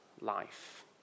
life